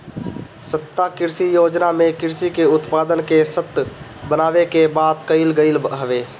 सतत कृषि योजना में कृषि के उत्पादन के सतत बनावे के बात कईल गईल हवे